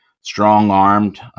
strong-armed